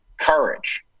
courage